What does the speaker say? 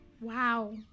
Wow